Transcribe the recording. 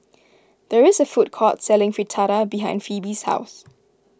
there is a food court selling Fritada behind Pheobe's house